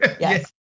yes